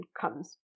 comes